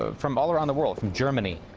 ah from all around the world, from germany,